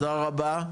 תודה רבה.